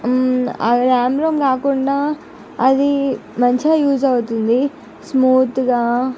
ఆర్యామ్ ROM అది కాకుండా అది మంచిగా యూస్ అవుతుంది స్మూత్గా